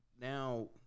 Now